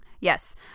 Yes